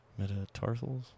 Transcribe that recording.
metatarsals